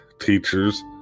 teachers